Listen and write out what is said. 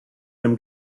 them